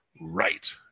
Right